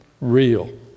real